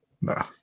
No